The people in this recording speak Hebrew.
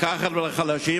לקחת מהחלשים,